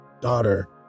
daughter